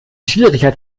schwierigkeit